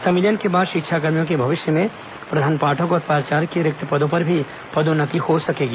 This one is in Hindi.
संविलियन के पश्चात शिक्षाकर्मियों की भविष्य में प्रधान पाठक और प्राचार्य के रिक्त पदों पर भी पदोन्नति हो सकेगी